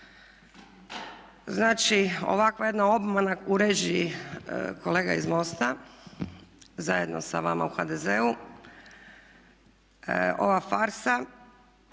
Znači ovakva jedna obmana u režiji kolega iz MOST-a zajedno sa vama u HDZ-u, ova farsa